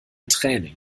training